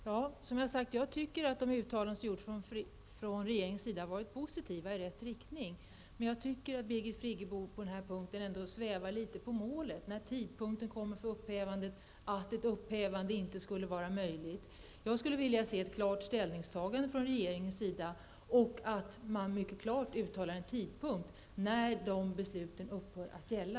Herr talman! Jag tycker, som sagt, att de uttalanden som regeringen har gjort har varit positiva och i rätt riktning. Men jag tycker ändå att Birgit Friggebo svävar litet på målet när det gäller tidpunkten för upphävandet och att ett upphävande inte skulle vara möjligt. Jag skulle vilja se ett klart ställningstagande från regeringen och att man mycket klart uttalar en tidpunkt när besluten upphör att gälla.